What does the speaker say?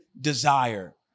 desire